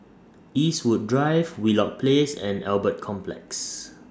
Eastwood Drive Wheelock Place and Albert Complex